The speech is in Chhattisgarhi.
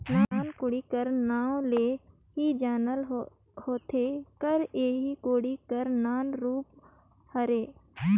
नान कोड़ी कर नाव ले ही जानल होथे कर एह कोड़ी कर नान रूप हरे